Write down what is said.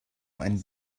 ein